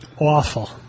Awful